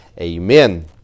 Amen